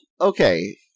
okay